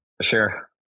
sure